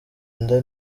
inda